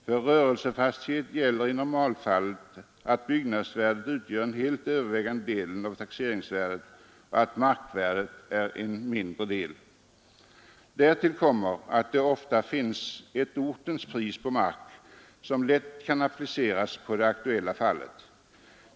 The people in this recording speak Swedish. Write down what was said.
För rörelsefastighet gäller i normalfallet att byggnadsvärdet utgör den helt övervägande delen av taxeringsvärdet och att markvärdet är en liten del. Därtill kommer att det oftast finns ett ortens pris på mark som lätt kan appliceras på det aktuella fallet.